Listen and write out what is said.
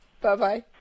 Bye-bye